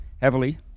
heavily